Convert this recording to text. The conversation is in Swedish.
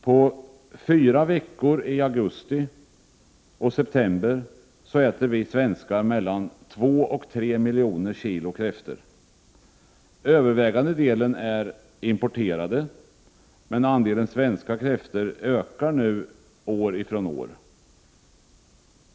På fyra veckor i augusti och september äter vi svenskar mellan två och tre miljoner kilo kräftor. Övervägande delen är importerade, men andelen svenska kräftor ökar nu år från år.